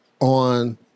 on